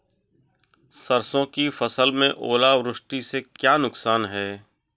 सरसों की फसल में ओलावृष्टि से क्या नुकसान है?